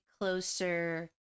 closer